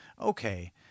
okay